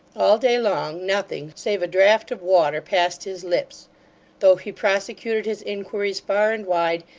all day long, nothing, save a draught of water, passed his lips though he prosecuted his inquiries far and wide,